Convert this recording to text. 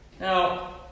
Now